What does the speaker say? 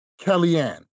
Kellyanne